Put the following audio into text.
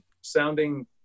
sounding